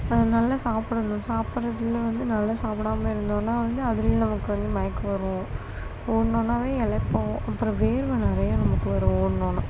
நல்ல சாப்பிடணும் சாப்பிடுறதுல வந்து நல்ல சாப்பிடாம இருந்தோன்னால் வந்து அதிலே நமக்கு வந்து மயக்கம் வரும் ஓடுனோன்னாவே இளைப்போம் அப்புறம் வேர்வை நிறையா நமக்கு வரும் ஓடுனோன்னால்